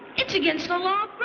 it's against the law